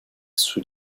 sous